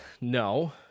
no